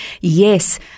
Yes